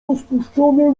rozpuszczone